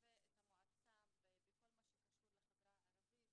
בכל מה שקשור לחברה הערבית,